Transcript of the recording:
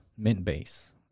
Mintbase